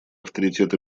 авторитет